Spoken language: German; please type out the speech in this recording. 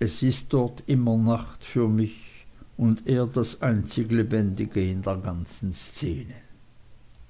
es ist dort immer nacht für mich und er das einzig lebendige in der ganzen szene